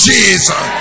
Jesus